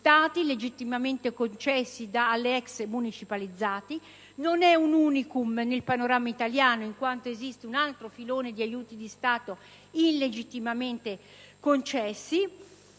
Stato il legittimamente concessi alle ex municipalizzate. Non è un *unicum* nel panorama italiano in quanto esiste un altro filone di aiuti di Stato illegittimamente concessi.